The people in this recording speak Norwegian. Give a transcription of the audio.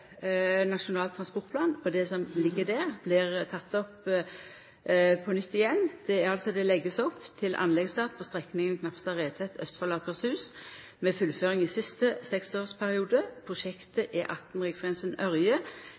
Nasjonal transportplan og det som ligg der, blir teke opp på nytt: «I tillegg legges det opp til anleggsstart på strekningen Knapstad–Retvedt i Østfold og Akershus, med fullføring i siste seksårsperiode. Prosjektet E18 Riksgrensen–Ørje er